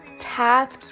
Tap